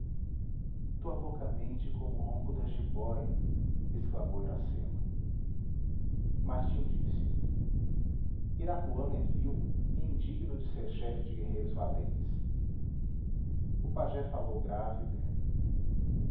tua boca mente como o ronco da jibóia exclamou iracema martim disse irapuã é vil e indigno de ser chefe de guerreiros valentes o pajé falou grave e lento